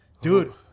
Dude